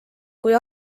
kui